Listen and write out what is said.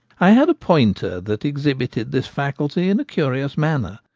i had a pointer that exhibited this faculty in a curious manner.